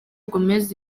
gomez